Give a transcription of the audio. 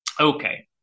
Okay